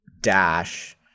dash